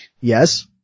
Yes